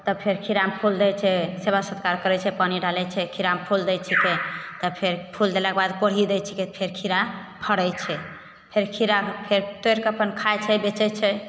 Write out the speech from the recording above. तब फेर खिरामे फूल दै छै सेबा सत्कार करैत छै पानि डालैत छै खीरामे फूल दै छिकै तब फेर फुल देलाके बाद कोढ़ी दै छिकै तऽ फेर खीरा फड़ैत छै फेर खीराके तोड़िके अपन खाइत छै बेचैत छै